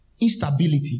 Instability